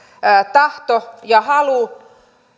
tahto ja halu